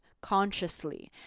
consciously